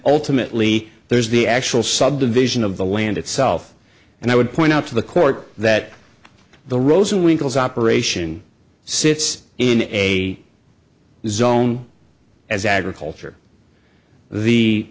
ultimately there's the actual subdivision of the land itself and i would point out to the court that the rosenwinkel is operation sits in a zone as agriculture the